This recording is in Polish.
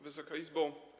Wysoka Izbo!